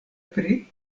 pri